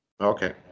Okay